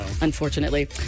unfortunately